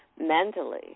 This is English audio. mentally